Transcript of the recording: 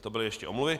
To byly ještě omluvy.